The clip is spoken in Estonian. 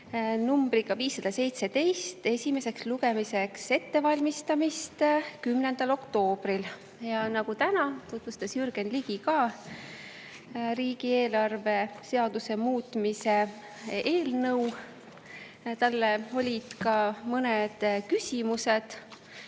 nr 517 esimeseks lugemiseks ettevalmistamiseks 10. oktoobril. Nagu täna, tutvustas Jürgen Ligi riigieelarve seaduse muutmise eelnõu ka siis. Talle olid ka mõned küsimused